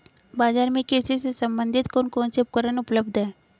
बाजार में कृषि से संबंधित कौन कौन से उपकरण उपलब्ध है?